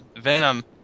Venom